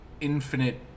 infinite